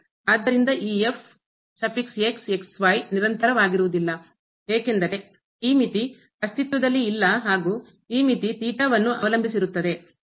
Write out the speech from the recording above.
ಆದ್ದರಿಂದ ಈ ನಿರಂತರವಾಗಿರುವುದಿಲ್ಲ ಏಕೆಂದರೆ ಈ ಮಿತಿ ಅಸ್ತಿತ್ವದಲ್ಲಿ ಇಲ್ಲ ಹಾಗೂ ಈ ಮಿತಿ ವನ್ನು ಅವಲಂಬಿಸಿರುತ್ತದೆ